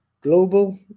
global